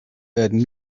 werden